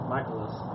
Michaelis